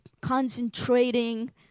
concentrating